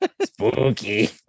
Spooky